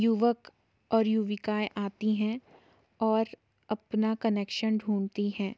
युवक और युविकाएं आती हैं और अपना कनेक्शन ढूँढती हैं